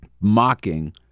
mocking